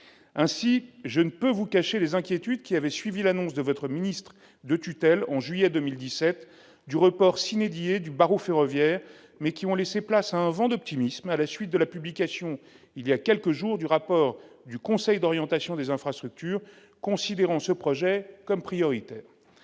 Ainsi, je ne peux vous cacher les inquiétudes qui avaient suivi l'annonce de votre ministre de tutelle, en juillet 2017, du report du barreau ferroviaire, mais qui ont laissé place à un vent d'optimisme à la suite de la publication, il y a quelques jours, du rapport du Conseil d'orientation des infrastructures, considérant ce projet comme prioritaire.